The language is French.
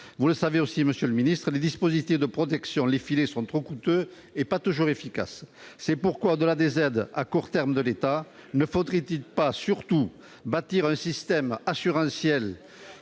contre la grêle. Par ailleurs, les dispositifs de protection, les filets sont trop coûteux et pas toujours efficaces. Au-delà des aides à court terme de l'État, ne faudrait-il pas surtout bâtir un système assurantiel